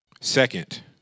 Second